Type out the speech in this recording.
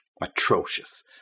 atrocious